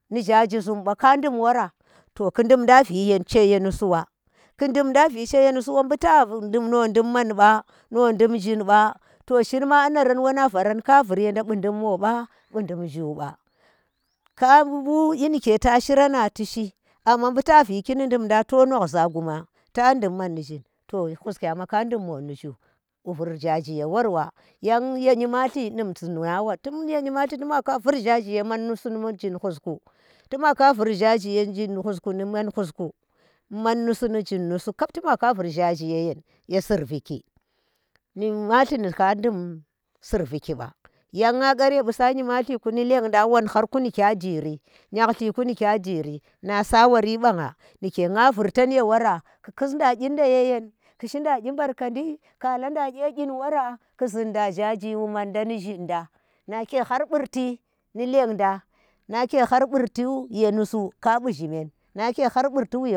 Ni ghaaji zum ɓa ka ndum wora to ku ndumdan vishe ye nusu wa ki dumda vishe ye nusu wa buta dum no dum man ba no dum zhin ɓa to cinma a naran wanan varan ka vur yenda bu dum mo ba bu dum zhu ka bu kyi nike ta shiranang ti shi amma bu ta viki ndi dumdan to nghozha guma ta dum man ni zhun to huskya ma ka dun mo ni zhu wu vur ghaajiye worwa yan ye nyimalti num zin hawa. tumye nyimal ti tum waka vur ghaaji ye man nusu ni zhin kusku. tum waka vur ghaaji ye zhinhusku nu nanhusku, man nusu ni zhin nusus kap tum waka vur ghaaji yayen. ye sirviki, nyimalti ni ka dum surviki ba. yan nga kar ye gusa ngimalti ku ndi lendand wonharku ni kya jiri nyallair ku ndi kya jiri na sawari banga ndike nga vurtan ye wora ku kusunda kyinda yayemk ku shinda kyi bar kandi kala nda kye kyin wora ku zhinda gaaji wu manda ni zhin da, nake har burti ndi lengdang nake har burti wu ye nusu kaɓu zhimen nake hhar burti wu.